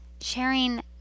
sharing